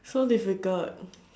so difficult